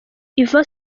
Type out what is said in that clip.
ivan